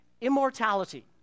immortality